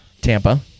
Tampa